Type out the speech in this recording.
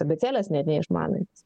abėcėlės neišmanantys